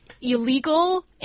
illegal